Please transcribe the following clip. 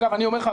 אני אומר לך,